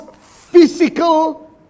physical